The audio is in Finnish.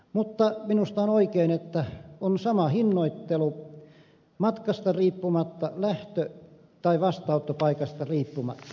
mutta minusta on oikein että on sama hinnoittelu matkasta riippumatta lähtö tai vastaanottopaikasta riippumatta